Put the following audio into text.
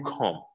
come